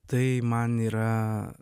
tai man yra